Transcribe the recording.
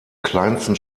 kleinsten